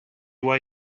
why